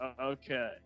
okay